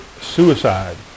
suicide